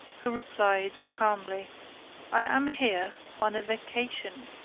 who replied, calmly i am here on a vacation.